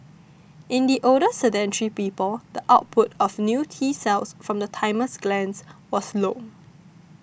in the older sedentary people the output of new T cells from the thymus glands was low